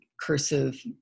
cursive